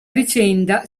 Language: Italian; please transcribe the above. vicenda